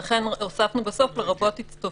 לכן הוספנו בסוף: לרבות הצטופפות.